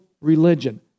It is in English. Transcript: religion